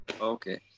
Okay